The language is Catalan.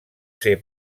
ser